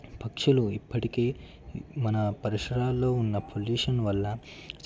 పక్షులు ఇప్పటికే మన పరిసరాల్లో ఉన్న పొల్యూషన్ వల్ల